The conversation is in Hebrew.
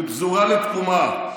מפזורה לתקומה,